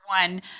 one